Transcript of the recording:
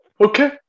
okay